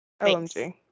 OMG